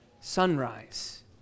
sunrise